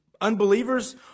Unbelievers